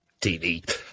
TV